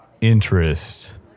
interest